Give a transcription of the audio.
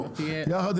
רוצים